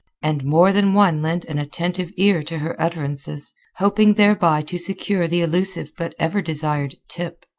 and more than one lent an attentive ear to her utterances, hoping thereby to secure the elusive but ever-desired tip.